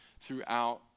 throughout